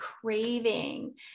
craving